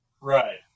Right